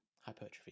hypertrophy